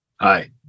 Hi